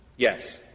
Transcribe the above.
yes.